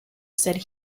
said